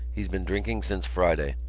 he's been drinking since friday.